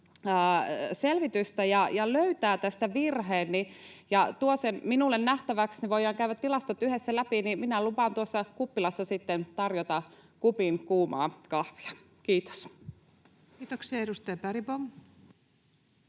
selvitystä ja löytää tästä virheen ja tuo sen minulle nähtäväksi, niin voidaan käydä tilastot yhdessä läpi, ja minä lupaan tuossa kuppilassa sitten tarjota kupin kuumaa kahvia. — Kiitos. [Speech 393]